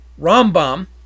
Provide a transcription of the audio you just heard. Rambam